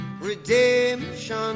Redemption